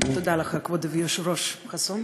תודה לך, כבוד היושב-ראש חסון.